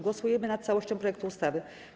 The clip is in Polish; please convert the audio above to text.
Głosujemy nad całością projektu ustawy.